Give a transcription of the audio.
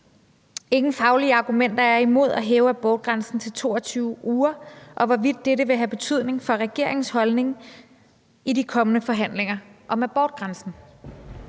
ingen faglige argumenter er imod at hæve abortgrænsen til 22 uger, og hvorvidt dette vil have betydning for regeringens holdning i de kommende forhandlinger om abortgrænsen?